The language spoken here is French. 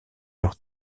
leurs